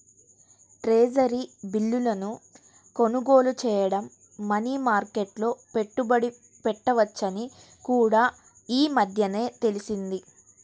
treasury బిల్లును కొనుగోలు చేయడం మనీ మార్కెట్లో పెట్టుబడి పెట్టవచ్చని కూడా ఈ మధ్యనే తెలిసింది